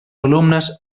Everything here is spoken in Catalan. alumnes